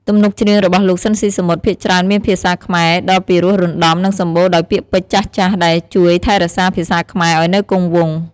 ទំនុកច្រៀងរបស់លោក ស៊ីន ស៊ីសាមុត ភាគច្រើនមានភាសាខ្មែរដ៏ពីរោះរណ្ដំ និងសម្បូរដោយពាក្យពេចន៍ចាស់ៗ ដែលជួយថែរក្សាភាសាខ្មែរឱ្យនៅគង់វង្ស ។